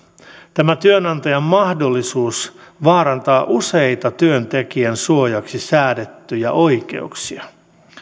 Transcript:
tämä työnantajan mahdollisuus vaarantaa useita työntekijän suojaksi säädettyjä oikeuksia